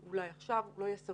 מה שלא סביר עכשיו, אולי יהיה יותר